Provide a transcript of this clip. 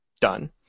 Done